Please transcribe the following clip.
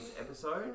episode